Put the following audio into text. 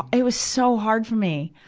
it was so hard for me.